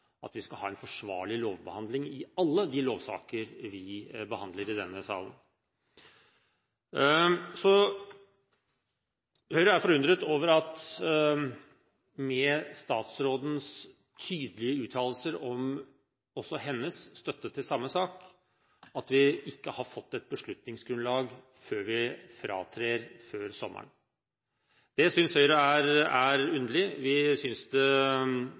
at vi skal ha en forsvarlig lovbehandling i alle de lovsaker vi behandler i denne salen. Etter statsrådens tydelige uttalelser også om hennes støtte til samme sak er Høyre forundret over at vi ikke har fått et beslutningsgrunnlag før vi går fra hverandre før sommeren. Det synes Høyre er underlig. Vi synes